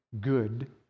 good